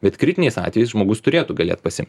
bet kritiniais atvejais žmogus turėtų galėt pasiimt